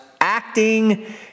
acting